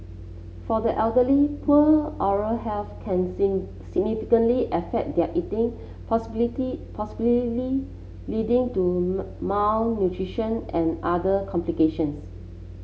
for the elderly poor oral health can significantly affect their eating possibility leading to malnutrition and other complications